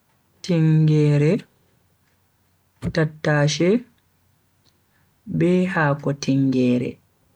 Tingeere, tattashe be haako tingeere.